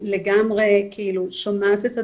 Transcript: אני שומעת את הדברים,